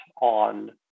on